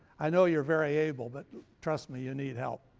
i know you're very able, but trust me, you need help.